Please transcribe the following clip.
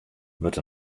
wurdt